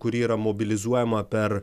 kuri yra mobilizuojama per